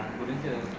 గురించి